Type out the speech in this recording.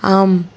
ஆம்